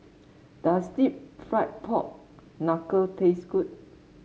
does deep fried Pork Knuckle taste good